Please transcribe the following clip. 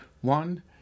One